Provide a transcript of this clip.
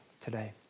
today